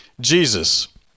Jesus